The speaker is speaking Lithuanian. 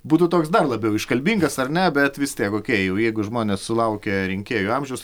būtų toks dar labiau iškalbingas ar ne bet vis tie kokia jų jeigu žmonės sulaukę rinkėjų amžiaus